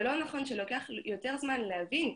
זה לא נכון שלוקח יותר זמן להבין,